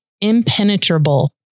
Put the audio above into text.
impenetrable